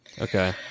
Okay